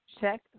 check